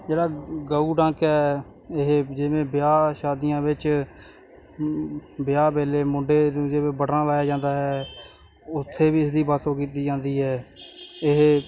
ਜਿਹੜਾ ਗਊ ਡੰਕ ਹੈ ਇਹ ਜਿਵੇਂ ਵਿਆਹ ਸ਼ਾਦੀਆਂ ਵਿੱਚ ਵਿਆਹ ਵੇਲੇ ਮੁੰਡੇ ਨੂੰ ਜਿਵੇਂ ਬਟਨਾ ਲਾਇਆ ਜਾਂਦਾ ਹੈ ਉੱਥੇ ਵੀ ਇਸਦੀ ਵਰਤੋਂ ਕੀਤੀ ਜਾਂਦੀ ਹੈ ਇਹ